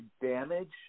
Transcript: damage